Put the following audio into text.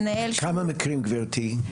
כמה מקרים גברתי, בפועל?